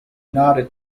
nodded